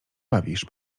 bawisz